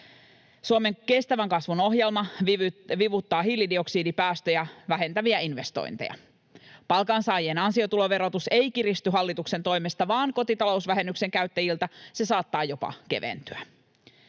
Suomen kestävän kasvun ohjelma vivuttaa hiilidioksidipäästöjä vähentäviä investointeja. Palkansaajien ansiotuloverotus ei kiristy hallituksen toimesta, vaan kotitalousvähennyksen käyttäjiltä se saattaa jopa keventyä.